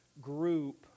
group